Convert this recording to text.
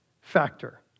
factor